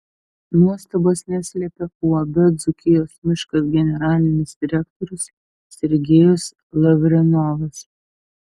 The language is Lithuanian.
nuostabos neslėpė uab dzūkijos miškas generalinis direktorius sergejus lavrenovas